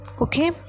okay